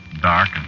Dark